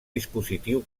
dispositiu